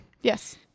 Yes